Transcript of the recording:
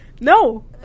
No